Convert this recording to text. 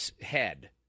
head